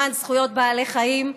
למען זכויות בעלי חיים.